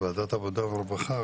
ועדת העבודה והרווחה,